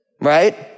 Right